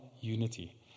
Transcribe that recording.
unity